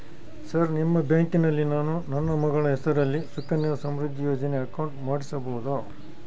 Sir ನಿಮ್ಮ ಬ್ಯಾಂಕಿನಲ್ಲಿ ನಾನು ನನ್ನ ಮಗಳ ಹೆಸರಲ್ಲಿ ಸುಕನ್ಯಾ ಸಮೃದ್ಧಿ ಯೋಜನೆ ಅಕೌಂಟ್ ಮಾಡಿಸಬಹುದಾ?